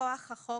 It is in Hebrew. מכוח החוק